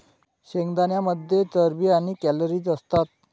शेंगदाण्यांमध्ये चरबी आणि कॅलरीज असतात